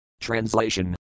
Translation